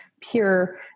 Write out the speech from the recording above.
pure